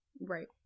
right